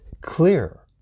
clear